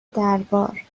دربار